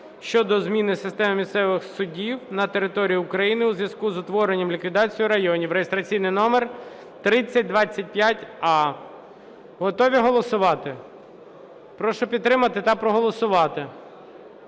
щодо зміни системи місцевих судів на території України у зв'язку із утворенням (ліквідацією) районів (реєстраційний номер 3025а). Готові голосувати? Прошу підтримати та проголосувати.